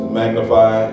magnify